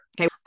okay